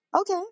Okay